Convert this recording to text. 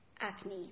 acne